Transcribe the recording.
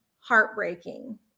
heartbreaking